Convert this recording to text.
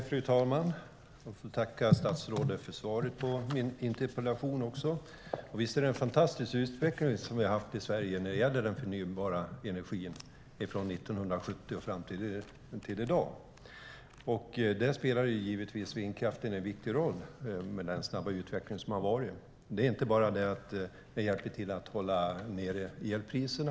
Fru talman! Jag tackar statsrådet för svaret på min interpellation. Visst är det en fantastisk utveckling vi har haft i Sverige när det gäller den förnybara energin från 1970 fram till i dag. Vindkraften spelar en viktig roll i den snabba utveckling som har varit. Den hjälper inte bara till att hålla nere elpriserna.